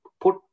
put